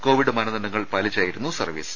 Covid മാനദണ്ഡങ്ങൾ പാലിച്ചായിരുന്നു service